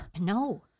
no